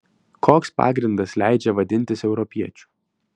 koks pagrindas leidžia vadintis europiečiu